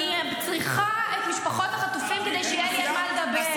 אני צריכה את משפחות החטופים כדי שיהיה לי על מה לדבר.